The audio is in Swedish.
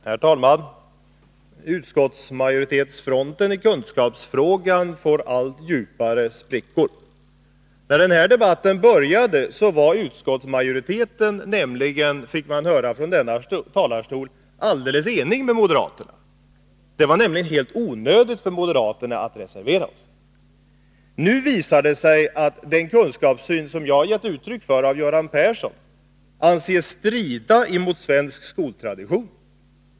Herr talman! Utskottsmajoritetsfronten i kunskapsfrågan får allt djupare sprickor. När den här debatten började, var utskottsmajoriteten nämligen, fick man höra från denna talarstol, alldeles enig med moderaterna, och det samma frågor väsendet gemensamma frågor var helt onödigt för moderaterna att reservera sig. Nu visar det sig att den kunskapssyn jag har gett uttryck för av Göran Persson anses strida mot svensk skoltradition.